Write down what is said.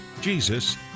jesus